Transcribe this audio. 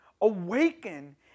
awaken